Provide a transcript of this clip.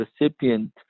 recipient